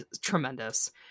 tremendous